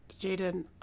Jaden